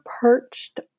perched